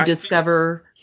discover